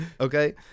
Okay